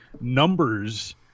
numbers